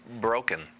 broken